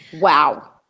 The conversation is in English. Wow